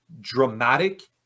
dramatic